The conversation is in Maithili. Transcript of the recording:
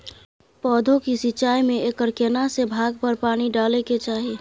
पौधों की सिंचाई में एकर केना से भाग पर पानी डालय के चाही?